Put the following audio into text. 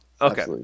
Okay